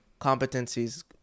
competencies